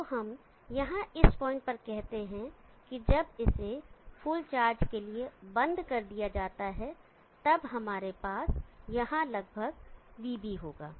तो हम यहाँ इस पॉइंट पर कहते हैं जब इसे फुल चार्ज के लिए बंद कर दिया जाता है तो हमारे पास लगभग यहाँ vB होगा